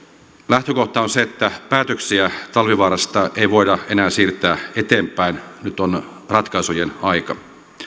lähtökohta on se että päätöksiä talvivaarasta ei voida enää siirtää eteenpäin nyt on ratkaisujen aika